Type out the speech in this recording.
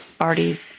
already